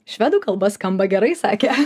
švedų kalba skamba gerai sakė